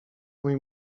mój